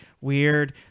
weird